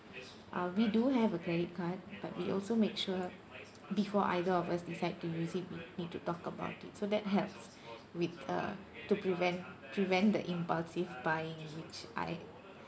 uh we do have a credit card but we also make sure before either of us decide to use it we need to talk about it so that helps with uh to prevent prevent the impulsive buying which I